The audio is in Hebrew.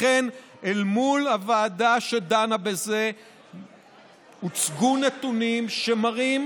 לכן אל מול הוועדה שדנה בזה הוצגו נתונים שמראים